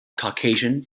caucasian